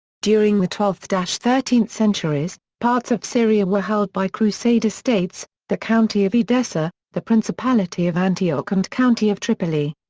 during the twelfth thirteenth centuries, parts of syria were held by crusader states the county of edessa, the principality of antioch and county of tripoli.